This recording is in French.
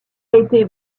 été